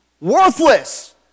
worthless